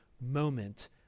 moment